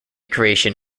creation